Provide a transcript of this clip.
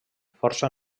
força